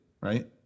right